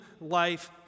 life